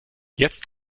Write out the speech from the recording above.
jetzt